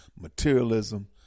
materialism